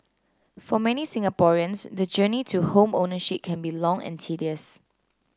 for many Singaporeans the journey to home ownership can be long and tedious